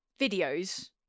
videos